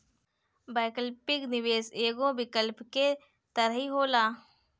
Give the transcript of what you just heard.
वैकल्पिक निवेश एगो विकल्प के तरही होला